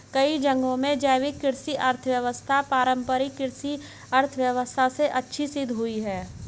कई जगहों में जैविक कृषि अर्थव्यवस्था पारम्परिक कृषि अर्थव्यवस्था से अच्छी सिद्ध हुई है